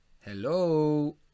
Hello